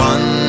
One